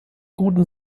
guten